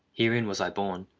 herein was i born.